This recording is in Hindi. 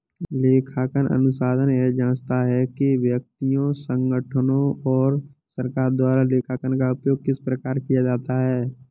लेखांकन अनुसंधान यह जाँचता है कि व्यक्तियों संगठनों और सरकार द्वारा लेखांकन का उपयोग किस प्रकार किया जाता है